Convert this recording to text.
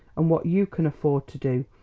and what you can afford to do,